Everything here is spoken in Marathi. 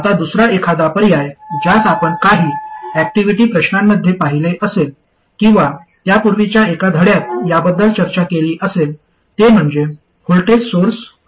आता दुसरा एखादा पर्याय ज्यास आपण काही ऍक्टिव्हिटी प्रश्नांमध्ये पाहिले असेल किंवा त्यापूर्वीच्या एका धड्यात याबद्दल चर्चा केली असेल ते म्हणजे व्होल्टेज सोर्स असणे